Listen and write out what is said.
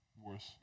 worse